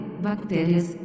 Bactérias